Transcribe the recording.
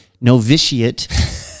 novitiate